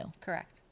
Correct